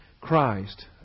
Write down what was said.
Christ